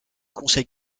conseil